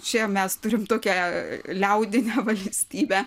čia mes turim tokią liaudinę valstybę